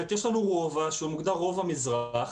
יש לנו רובע שהוא מוגדר "רובע מזרח".